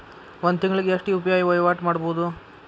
ಒಂದ್ ತಿಂಗಳಿಗೆ ಎಷ್ಟ ಯು.ಪಿ.ಐ ವಹಿವಾಟ ಮಾಡಬೋದು?